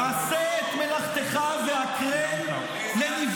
היא תעבור --- עשה את מלאכתך והקרן לנפגעי